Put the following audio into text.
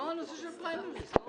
מוסי רז, אתה מצביע נגד זה?